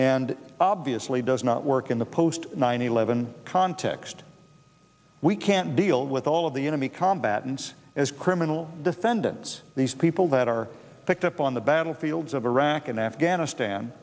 and obviously does not work in the post nine eleven context we can't deal with all of the enemy combatants as criminal defendants these people that are picked up on the battlefields of iraq and afghanistan